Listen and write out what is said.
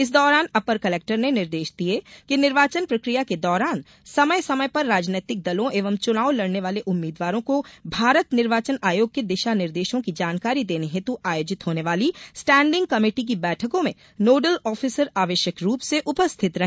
इस दौरान upper collector ने निर्देश दिए कि निर्वाचन प्रक्रिया के दौरान समय समय पर राजनैतिक दलों एवं चुनाव लड़ने वाले उम्मीदवारों को भारत निर्वाचन आयोग के दिशा निर्देशों की जानकारी देने हेतु आयोजित होने वाली स्टेडिंग कमेटी की बैठकों में नोडल ऑफिसर आवश्यक रूप से उपस्थित रहे